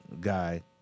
guy